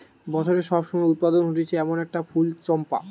বছরের সব সময় উৎপাদন হতিছে এমন একটা ফুল চম্পা